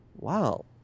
wow